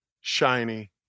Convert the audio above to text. shiny